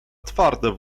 twarde